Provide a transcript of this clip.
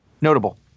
notable